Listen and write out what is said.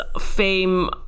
fame